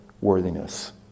worthiness